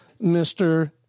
Mr